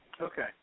Okay